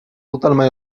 totalement